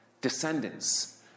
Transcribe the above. descendants